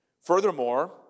Furthermore